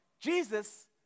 Jesus